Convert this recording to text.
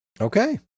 Okay